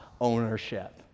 ownership